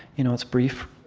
you know it's brief,